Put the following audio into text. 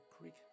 Creek